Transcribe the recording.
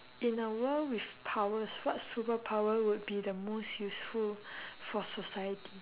in a world with powers what superpower would be the most useful for society